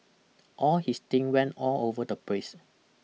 all his thing went all over the place